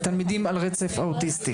התלמידים על הרצף האוטיסטי.